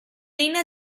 linea